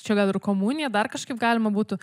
čia gal ir komunija dar kažkaip galima būtų